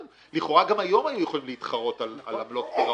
--- לכאורה גם היום היינו יכולים להתחרות על עמלות פירעון.